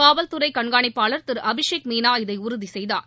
காவல்துறை கண்காணிப்பாளர் அபிஷேக் மீனா இதை உறுதி செய்தார்